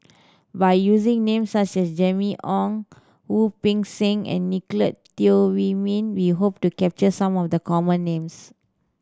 by using names such as Jimmy Ong Wu Peng Seng and Nicolette Teo Wei Min we hope to capture some of the common names